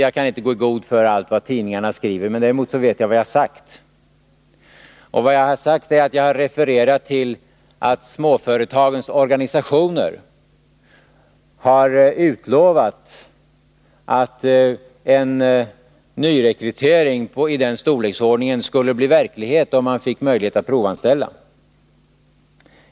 Jag kan inte gå i god för allt vad tidningarna skriver, men jag vet vad jag har sagt. Jag har sagt att jag refererat till att småföretagens organisationer har utlovat att en nyrekrytering i den storleksordningen skulle bli verklighet, om man fick möjlighet att provanställa.